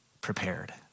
prepared